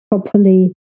properly